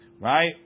right